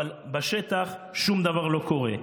אבל בשטח שום דבר לא קורה.